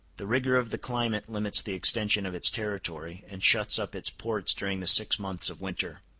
the rigor of the climate limits the extension of its territory, and shuts up its ports during the six months of winter.